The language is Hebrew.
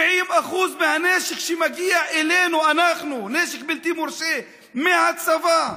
70% מהנשק שמגיע אלינו, נשק בלתי מורשה, מהצבא.